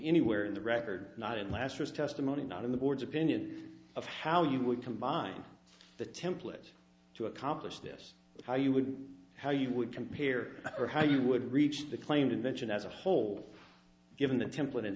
anywhere in the record not in last year's testimony not in the board's opinion of how you would combine the template to accomplish this how you would how you would compare or how you would reach the claimed invention as a whole given a template